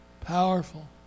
Powerful